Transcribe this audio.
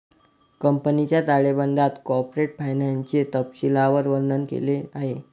कंपनीच्या ताळेबंदात कॉर्पोरेट फायनान्सचे तपशीलवार वर्णन केले आहे